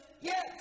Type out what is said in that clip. Yes